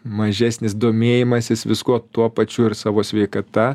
mažesnis domėjimasis viskuo tuo pačiu ir savo sveikata